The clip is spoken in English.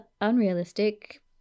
unrealistic